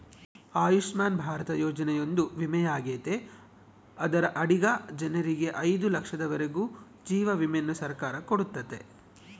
ಆಯುಷ್ಮನ್ ಭಾರತ ಯೋಜನೆಯೊಂದು ವಿಮೆಯಾಗೆತೆ ಅದರ ಅಡಿಗ ಜನರಿಗೆ ಐದು ಲಕ್ಷದವರೆಗೂ ಜೀವ ವಿಮೆಯನ್ನ ಸರ್ಕಾರ ಕೊಡುತ್ತತೆ